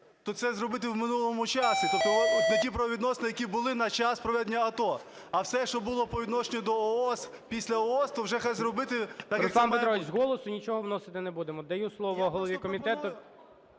то це зробити в минулому часі, тобто на ті правовідносини, які були на час проведення АТО, а все, що було по відношенню до ООС, після ООС, то вже хай зробити… ГОЛОВУЮЧИЙ. Руслане Петровичу, з голосу нічого вносити не будемо. Даю слово голові комітету…